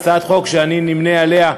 הצעת חוק שאני נמנה עם מציעיה,